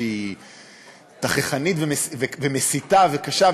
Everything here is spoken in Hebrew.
שהיא תככנית ומסיתה וקשה.